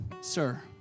Sir